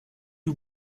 que